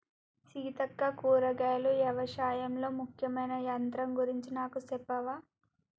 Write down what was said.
సీతక్క కూరగాయలు యవశాయంలో ముఖ్యమైన యంత్రం గురించి నాకు సెప్పవా